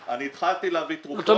אתה אומר